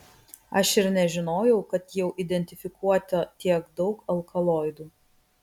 aš ir nežinojau kad jau identifikuota tiek daug alkaloidų